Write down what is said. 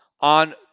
on